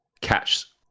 catch